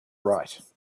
right